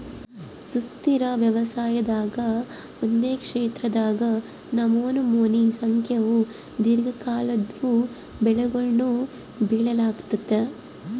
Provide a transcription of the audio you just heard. ಸುಸ್ಥಿರ ವ್ಯವಸಾಯದಾಗ ಒಂದೇ ಕ್ಷೇತ್ರದಾಗ ನಮನಮೋನಿ ಸಂಖ್ಯೇವು ದೀರ್ಘಕಾಲದ್ವು ಬೆಳೆಗುಳ್ನ ಬೆಳಿಲಾಗ್ತತೆ